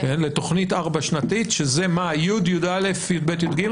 לתכנית ארבע שנתית, שזה מה, י', י"א, י"ב, י"ג?